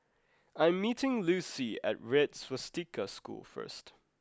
I'm meeting Lucy at Red Swastika School first